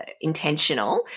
intentional